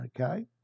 Okay